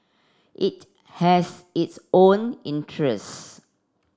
it has its own interest